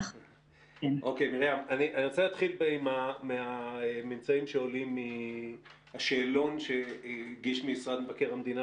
אני רוצה להתחיל מהממצאים שעולים מהשאלון משרד מבקר המדינה